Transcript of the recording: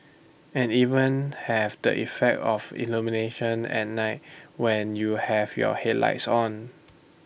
and even have the effect of illumination at night when you have your headlights on